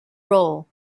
role